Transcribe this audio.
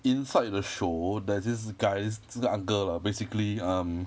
inside the show there's this guys 这个 uncle lah basically um